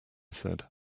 said